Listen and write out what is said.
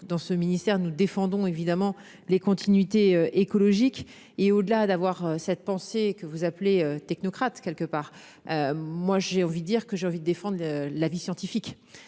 dans ce ministère nous défendons évidemment les continuités écologiques et au-delà d'avoir cette pensée que vous appelez technocrate quelque part. Moi j'ai envie dire que j'ai envie de défendre l'avis scientifique